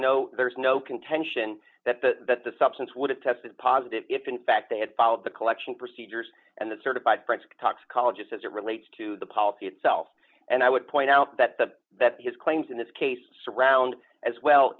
no there's no contention that the that the substance would have tested positive if in fact they had followed the collection procedures and the certified forensic toxicologists as it relates to the policy itself and i would point out that the that his claims in this case surround as well